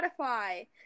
Spotify